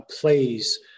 plays